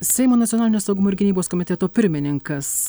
seimo nacionalinio saugumo ir gynybos komiteto pirmininkas